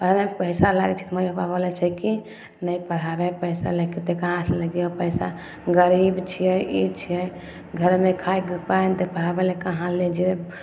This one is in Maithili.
पढ़बैमे पैसा लागै छै तऽ मम्मी पापा बोलै छै कि नहि पढ़ाबै पैसा लगतै कहा सँ लगैयौ पैसा गरीब छियै ई छियै घरमे खाइके उपाय नहि तऽ पढ़बै लए कहाँ ले जेब